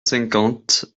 cinquante